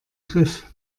griff